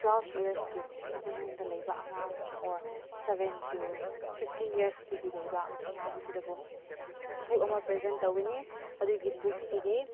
twelve ꯏꯌꯔꯁꯀꯤ ꯃꯅꯨꯡꯗ ꯂꯩꯕ ꯑꯉꯥꯡ ꯑꯣꯔ ꯁꯕꯦꯟ ꯇꯨ ꯐꯤꯞꯇꯤꯟ ꯏꯌꯔꯁꯇꯒꯤ ꯂꯩꯕ ꯑꯉꯥꯡꯁꯤꯗꯕꯨ ꯕꯨꯛ ꯑꯃ ꯄ꯭ꯔꯖꯦꯟ ꯇꯧꯒꯅꯤ ꯑꯗꯨꯒꯤ ꯕꯨꯛꯁꯤꯗꯤ